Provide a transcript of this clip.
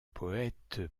poète